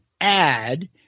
add